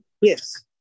Yes